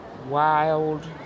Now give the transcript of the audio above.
wild